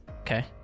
Okay